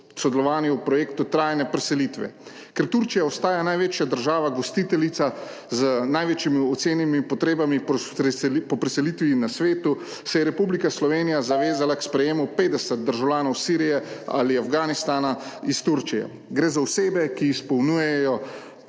sodelovanju v projektu trajne preselitve. Ker Turčija ostaja največja država gostiteljica z največjimi ocenjenimi potrebami po preselitvi na svetu, se je Republika Slovenija zavezala / znak za konec razprave/ k sprejemu 50 državljanov Sirije ali Afganistana iz Turčije. Gre za osebe, ki izpolnjujejo